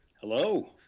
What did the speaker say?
Hello